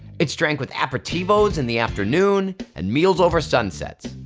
it's drank with aperitivos in the afternoon and meals over sunsets.